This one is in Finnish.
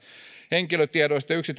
henkilötiedoista